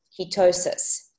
ketosis